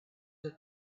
the